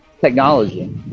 technology